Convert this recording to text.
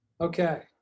Okay